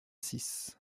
six